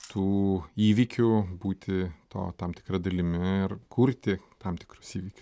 tų įvykių būti to tam tikra dalimi ir kurti tam tikrus įvykius